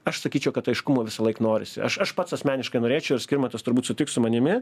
aš sakyčiau kad aiškumo visąlaik norisi aš aš pats asmeniškai norėčiau ir skirmantas turbūt sutiks su manimi